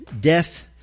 death